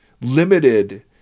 limited